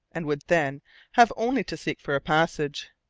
and would then have only to seek for a passage.